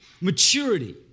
Maturity